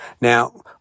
Now